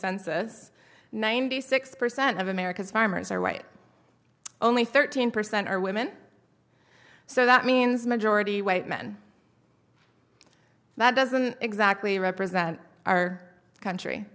census ninety six percent of america's farmers are white only thirteen percent are women so that means majority white men that doesn't exactly represent our country